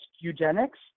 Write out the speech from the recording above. eugenics